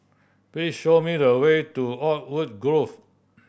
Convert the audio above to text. please show me the way to Oakwood Grove